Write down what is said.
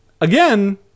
Again